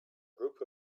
group